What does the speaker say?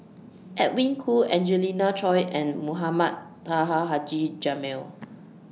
Edwin Koo Angelina Choy and Mohamed Taha Haji Jamil